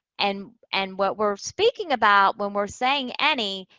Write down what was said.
and, and what we're speaking about when we're saying any,